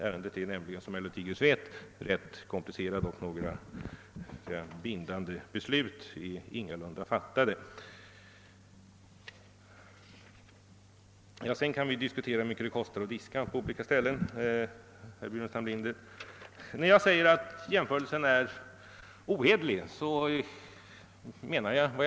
Ärendet är, som herr Lothigius vet, ganska komplicerat och några bindande beslut har inte fattats. Sedan kan vi diskutera hur mycket det kostar att diska på olika ställen, herr Burenstam Linder. Men när jag säger att hans jämförelse är ohederlig menar jag det.